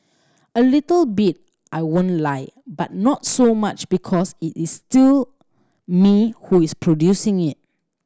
a little bit I won't lie but not so much because it is still me who is producing it